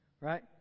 right